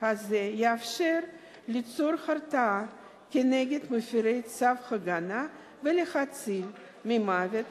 הזאת יאפשר ליצור הרתעה נגד מפירי צו הגנה ולהציל ממוות